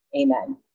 Amen